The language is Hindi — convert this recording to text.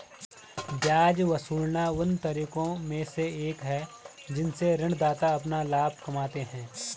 ब्याज वसूलना उन तरीकों में से एक है जिनसे ऋणदाता अपना लाभ कमाते हैं